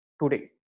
today